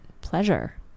pleasure